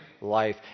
life